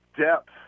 depth